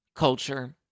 Culture